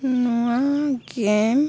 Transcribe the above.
ନୂଆ ଗେମ୍